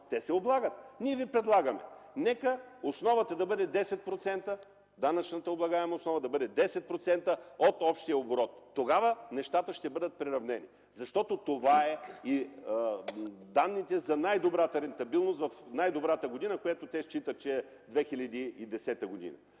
нека данъчната облагаема основа да бъде 10% от общия оборот. Тогава нещата ще бъдат приравнени, защото това са данните за най-добрата рентабилност в най-добрата година, която те считат, че е 2010 г.